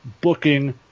booking